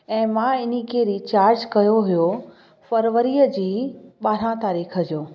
ऐं मां इन्हीअ खे रीचार्ज कयो हुओ फरवरीअ जी ॿारहां तारीख़ जो